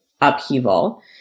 upheaval